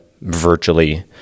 virtually